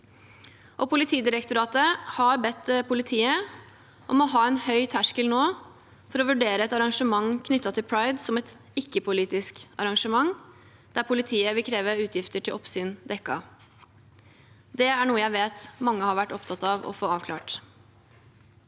Politidirektoratet har bedt politiet om å ha en høy terskel nå for å vurdere et arrangement knyttet til pride som et ikke-politisk arrangement der politiet vil kreve utgifter til oppsyn dekket. Det er noe jeg vet mange har vært opptatt av å få avklart.